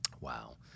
Wow